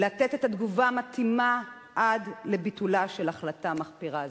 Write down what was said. לתת את התגובה המתאימה עד לביטולה של החלטה מחפירה זו.